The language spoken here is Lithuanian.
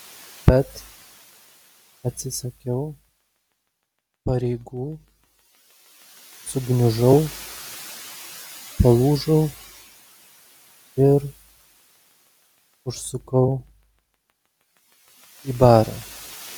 bet atsisakiau pareigų sugniužau palūžau ir užsukau į barą